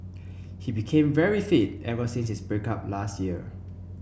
he became very fit ever since his break up last year